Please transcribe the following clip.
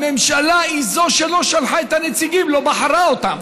הממשלה היא זו שלא שלחה את הנציגים, לא בחרה בהם,